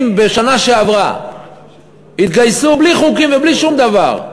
אם בשנה שעברה התגייסו, בלי חוקים ובלי שום דבר,